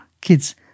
kids